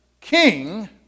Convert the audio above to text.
king